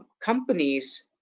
Companies